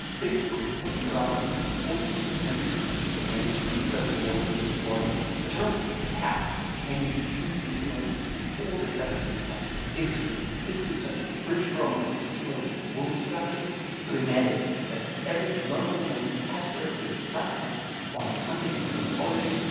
basically, it has been around since the fourteenth century and its predecessor was the bonnet. the term cap became into use in england before the seventeenth century. interestingly, in the sixteenth century, the british parliament wanted to stimulate wool production so they mandated that every non nobleman had to wear a flat cap on sundays and on holidays,